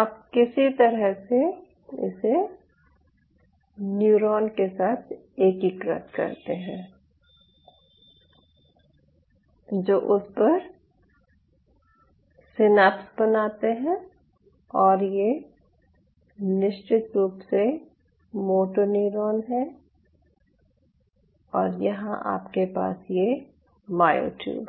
आप किसी तरह से इसे न्यूरॉन के साथ एकीकृत करते हैं जो उस पर सिनेप्स बनाते हैं और ये निश्चित रूप से मोटो न्यूरॉन है और यहां आपके पास ये मायोट्यूब है